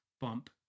bump